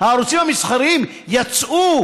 הערוצים המסחריים, יצאו